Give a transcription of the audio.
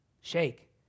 shake